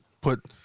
Put